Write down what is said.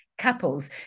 couples